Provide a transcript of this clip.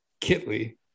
Kitley